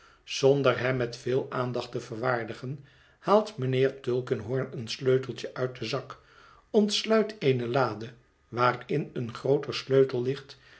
zonder hem met veel aandacht té verwaardigen baalt mijnheer tulkinghorn een sleutelje uit den zak ontsluit eene lade waarin een grooter sleutel ligt